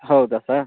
ಹೌದಾ ಸಾ